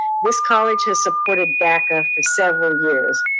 this college has supported daca for several years.